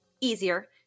easier